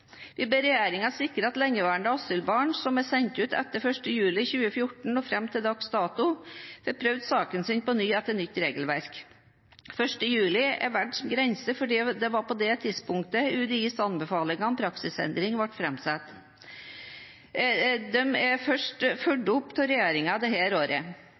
Vi ber regjeringen sikre at lengeværende asylbarn som er sendt ut etter 1. juli 2014 og fram til dags dato, får prøvd saken sin på ny etter nytt regelverk. Den 1. juli er valgt som grense fordi det var på det tidspunktet UDIs anbefalinger om praksisendring ble framsatt. Disse er først fulgt opp av regjeringen dette året. Det